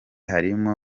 harimo